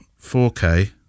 4K